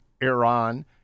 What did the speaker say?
Iran